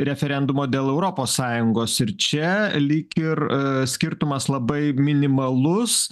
referendumo dėl europos sąjungos ir čia lyg ir skirtumas labai minimalus